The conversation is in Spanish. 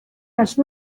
las